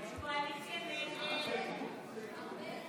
ההסתייגות (6) של קבוצת סיעת יש עתיד-תל"ם,